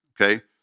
okay